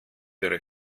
ihrer